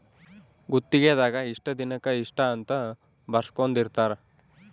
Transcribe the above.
ಗುತ್ತಿಗೆ ದಾಗ ಇಷ್ಟ ದಿನಕ ಇಷ್ಟ ಅಂತ ಬರ್ಸ್ಕೊಂದಿರ್ತರ